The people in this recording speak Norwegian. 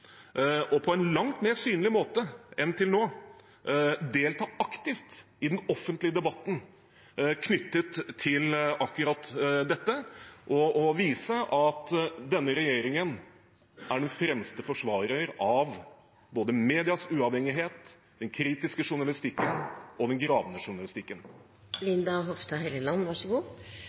og på en langt mer synlig måte enn til nå delta aktivt i den offentlige debatten knyttet til akkurat dette, og vise at denne regjeringen er den fremste forsvarer av både medias uavhengighet, den kritiske journalistikken og den gravende